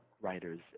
writers